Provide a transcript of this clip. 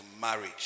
marriage